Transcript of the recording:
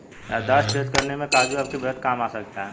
याददाश्त तेज करने में काजू आपके बेहद काम आ सकता है